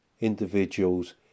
Individuals